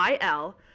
il